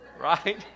right